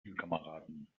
spielkameraden